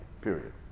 period